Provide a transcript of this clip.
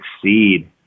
succeed